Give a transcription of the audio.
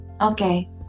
Okay